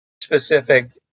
specific